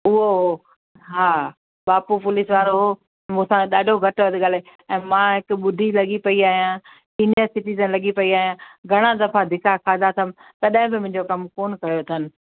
उहो हा ॿापू पुलिस वारो हो मूंसां ॾाढो घटि वधि ॻाल्हाईं ऐं मां हिकु ॿुडी लॻी पई आहियां सीनियर सिटीज़न लॻी पई आहियां घणा दफ़ा धिक्का खाधा अथमु तॾहिं बि मुंहिंजो कमु कोन्ह कयो अथन